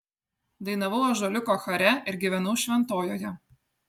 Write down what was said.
dainavau ąžuoliuko chore ir gyvenau šventojoje